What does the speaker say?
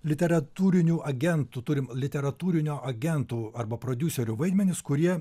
literatūrinių agentų turim literatūrinių agentų arba prodiuserių vaidmenis kurie